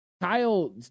Kyle